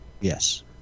Yes